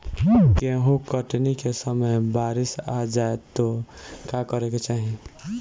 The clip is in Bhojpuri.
गेहुँ कटनी के समय बारीस आ जाए तो का करे के चाही?